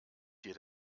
dir